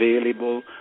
available